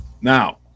Now